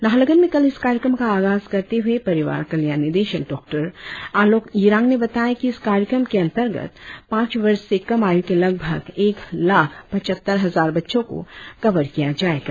नाहरलगुण में कल इस कार्यक्रम का आगाज करते हुए परिवार कल्याण निदेशक डॉ आलोक यिरांग ने बताया की इस कार्यक्रम के अंतर्गत पांच वर्ष से कम आय़् के लगभग एक लाख पचहत्तर हजार बच्चों को कवर किया जाएगा